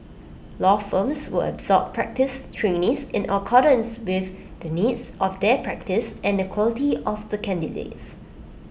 law firms will absorb practice trainees in accordance with the needs of their practice and the quality of the candidates